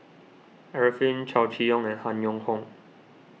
Arifin Chow Chee Yong and Han Yong Hong